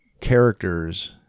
characters